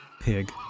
pig